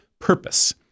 purpose